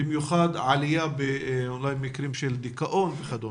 במיוחד עלייה במקרים של דיכאון וכד'.